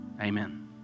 Amen